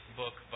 book